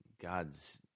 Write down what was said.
god's